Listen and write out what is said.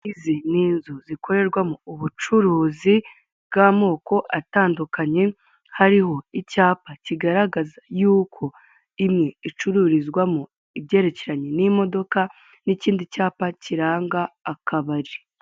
Izi ni inzu zikorerwamo ubucuruzi bw'amoko atandukanye, hariho icyapa kigaragaza yuko imwe icururizwamo ibyerekeranye n'imodoka, n'ikindi cyapa kiranga akabari.